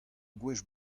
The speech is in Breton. gwech